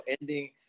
ending